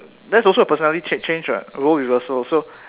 that's also a personality change change [what] role reversal so